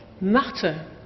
matter